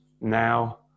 now